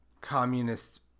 communist